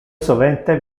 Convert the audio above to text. sovente